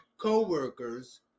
coworkers